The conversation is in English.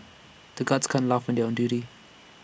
the guards can't laugh when they are on duty